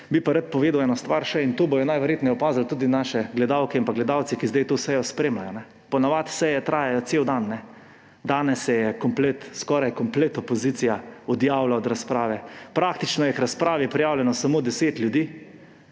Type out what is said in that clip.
Bi pa rad povedal še eno stvar in to bodo najverjetneje opazili tudi naše gledalke in gledalci, ki zdaj to sejo spremljajo. Po navadi seje trajajo cel dan, danes se je komplet, skoraj komplet opozicija odjavila od razprave. Praktično je k razpravi prijavljenih samo 10 ljudi,